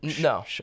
No